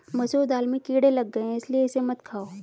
मसूर दाल में कीड़े लग गए है इसलिए इसे मत खाओ